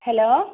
hello